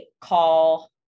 call